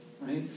Right